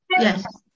Yes